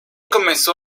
comenzó